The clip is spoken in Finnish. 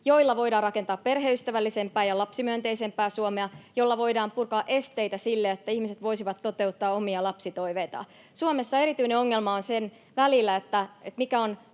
joilla voidaan rakentaa perheystävällisempää ja lapsimyönteisempää Suomea ja joilla voidaan purkaa esteitä sille, että ihmiset voisivat toteuttaa omia lapsitoiveitaan. Suomessa erityinen ongelma on sen välillä, mikä on